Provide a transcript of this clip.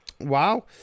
Wow